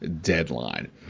deadline